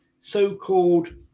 so-called